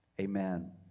Amen